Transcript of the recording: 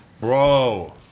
bro